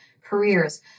careers